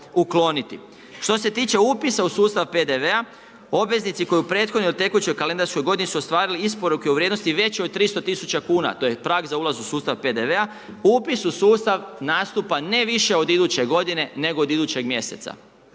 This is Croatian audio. ukloniti. Što se tiče upisa u sustav PDV-a, obveznici koji u prethodnoj ili tekućoj kalendarskoj godini su ostvarili isporuke u vrijednosti većoj od 300 tisuća kuna, to je prag za ulaz u sustav PDV-a, upis u sustav nastupa ne više od iduće godine, nego od idućeg mjeseca.